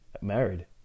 married